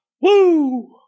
woo